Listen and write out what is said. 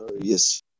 Yes